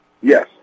Yes